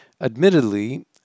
Admittedly